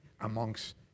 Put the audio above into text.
amongst